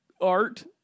art